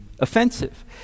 offensive